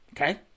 Okay